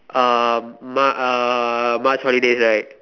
uh mar~ uh March holidays right